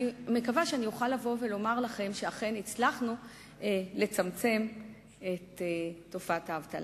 אני מקווה שאוכל לבוא ולומר לכם שאכן הצלחנו לצמצם את תופעת האבטלה.